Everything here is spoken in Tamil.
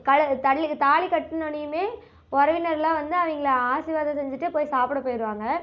கல தல்லி தாலிகட்னோன்னையுமே உறவினர்லாம் வந்து அவங்கள ஆசிர்வாதம் செஞ்சிவிட்டு போய் சாப்பிட போயிடுவாங்க